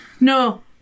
No